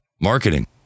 marketing